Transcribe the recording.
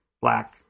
black